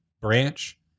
branch